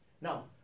Now